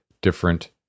different